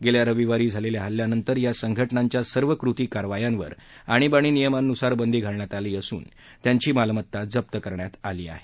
गेल्या रविवारी झालेल्या हल्ल्यांनंतर या संघटनांच्या सर्व कृती कारवायांवर आणीबाणी नियमांनुसार बंदी घालण्यात आली असून त्यांची मालमत्ता जप्त करण्यात आली आहे